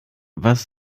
was